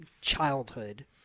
childhood